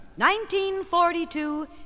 1942